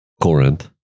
Corinth